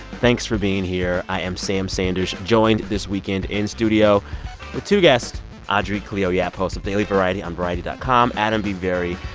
thanks for being here. i am sam sanders, joined this weekend in studio with two guests audrey cleo yap, host of daily variety on variety dot com, adam b. vary,